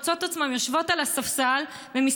מוצאות את עצמן יושבות על הספסל ומסתכלות